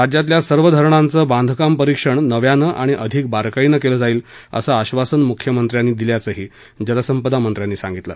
राज्यातल्या सर्व धरणांचं बांधकाम परिक्षण नव्यानं आणि अधिक बारकाईनं केलं जाईल असं आश्वासन मुख्यमंत्र्यांनी दिल्याचंही जलसंपदा मंत्र्यांनी सांगितलं